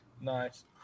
nice